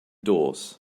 doors